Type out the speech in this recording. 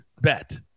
bet